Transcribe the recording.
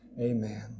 Amen